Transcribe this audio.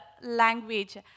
language